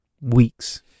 weeks